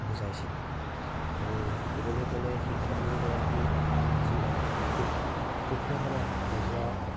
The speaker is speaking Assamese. বুজাইছিল আৰু ক'বলৈ গ'লে শিক্ষাগুৰুগৰাকী যি সু সুক্ষ্মভাৱে আমাক বুজোৱাৰ